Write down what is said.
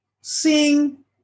seeing